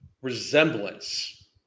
resemblance